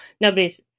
nobody's